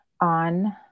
on